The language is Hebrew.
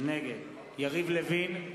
נגד יריב לוין,